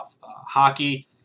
hockey